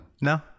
No